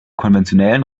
konventionellen